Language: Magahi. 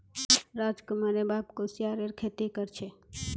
राजकुमारेर बाप कुस्यारेर खेती कर छे